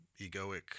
egoic